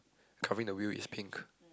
covering the wheel is pink